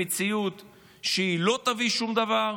במציאות שלא תביא שום דבר,